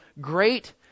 great